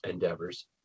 endeavors